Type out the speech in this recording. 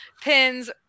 pins